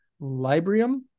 Librium